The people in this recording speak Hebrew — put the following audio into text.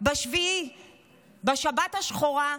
ב-7 באוקטובר, בשבת השחורה,